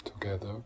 Together